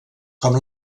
com